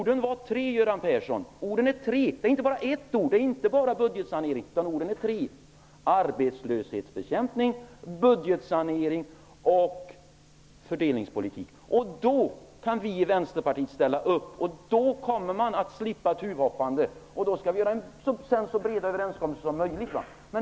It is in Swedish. Det är inte bara ett ord, budgetsanering, Göran Persson, utan det är tre ord, nämligen arbetslöshetsbekämpning, budgetsanering och fördelningspolitik. Då kan vi i Vänsterpartiet ställa upp, och då kommer regeringen att slippa tuvhoppandet. Då skall vi göra så breda överenskommelser som möjligt.